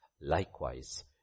Likewise